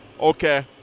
okay